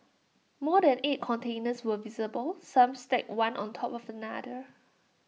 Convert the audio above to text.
more than eight containers were visible some stacked one on top of another